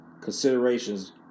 considerations